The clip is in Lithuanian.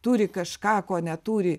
turi kažką ko neturi